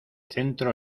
centro